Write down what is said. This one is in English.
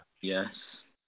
yes